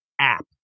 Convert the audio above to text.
app